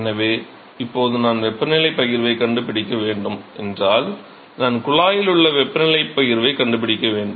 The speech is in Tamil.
எனவே இப்போது நான் வெப்பநிலை பகிர்வை கண்டுபிடிக்க வேண்டும் என்றால் நான் குழாயில் உள்ளே வெப்பநிலை பகிர்வை கண்டுபிடிக்க வேண்டும்